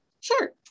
Sure